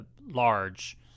Large